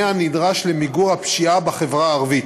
הנדרש למיגור הפשיעה בחברה הערבית,